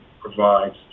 provides